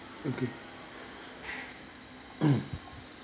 okay